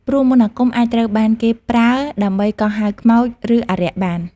ព្រោះមន្តអាគមអាចត្រូវបានគេប្រើដើម្បីកោះហៅខ្មោចឬអារក្សបាន។